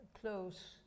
close